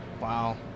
Wow